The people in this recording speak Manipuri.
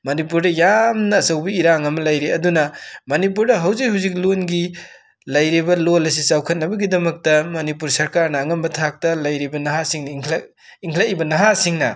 ꯃꯅꯤꯄꯨꯔꯗ ꯌꯥꯝꯅ ꯑꯆꯧꯕ ꯏꯔꯥꯡ ꯑꯃ ꯂꯩꯔꯤ ꯑꯗꯨꯅ ꯃꯅꯤꯄꯨꯔꯗ ꯍꯧꯖꯤꯛ ꯍꯧꯖꯤꯛ ꯂꯣꯟꯒꯤ ꯂꯩꯔꯤꯕ ꯂꯣꯟ ꯑꯁꯤ ꯆꯥꯎꯈꯠꯅꯕꯒꯤꯗꯃꯛꯇꯥ ꯃꯅꯤꯄꯨꯔ ꯁꯔꯀꯥꯔꯅ ꯑꯉꯝꯕ ꯊꯥꯛꯇ ꯂꯩꯔꯤꯕ ꯅꯍꯥꯁꯤꯡꯅ ꯏꯪꯒ ꯏꯪꯒꯠꯂꯤꯕ ꯅꯍꯥꯁꯤꯡꯅ